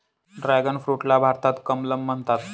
dragon फ्रूटला भारतात कमलम म्हणतात